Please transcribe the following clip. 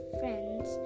friends